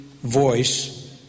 voice